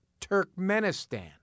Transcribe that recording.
Turkmenistan